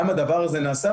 גם הדבר הזה נעשה,